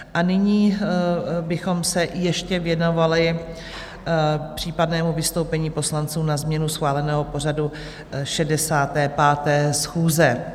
A nyní bychom se ještě věnovali případnému vystoupení poslanců na změnu schváleného pořadu 65. schůze.